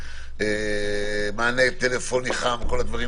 מענה טלפוני חם וכו',